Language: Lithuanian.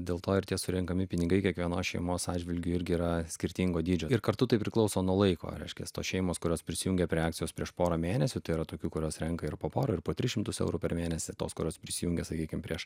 dėl to ir tie surenkami pinigai kiekvienos šeimos atžvilgiu irgi yra skirtingo dydžio ir kartu tai priklauso nuo laiko reiškiasi tos šeimos kurios prisijungia prie akcijos prieš porą mėnesių tai yra tokių kurios renka ir po porą ir po tris šimtus eurų per mėnesį tos kurios prisijungia sakykim prieš